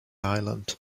island